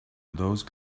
those